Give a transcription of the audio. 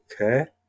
Okay